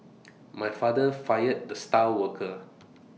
my father fired the star worker